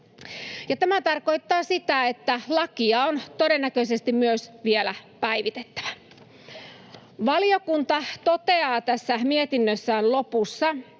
Tämä tarkoittaa sitä, että lakia on todennäköisesti myös vielä päivitettävä. Valiokunta toteaa tässä mietinnössään lopussa